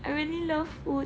I really love food